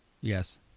Yes